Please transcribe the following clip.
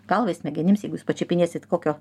galvai smegenims jeigu jūs pačiupinėsit kokio